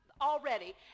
already